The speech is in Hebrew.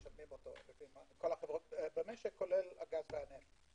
משלמות אותו כל החברות במשק, כולל הגז והנפט.